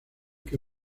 que